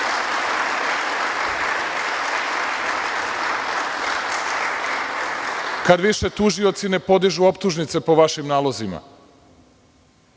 kada više tužioci ne podižu optužnice po vašim nalozima.